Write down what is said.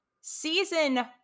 Season